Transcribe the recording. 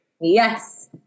Yes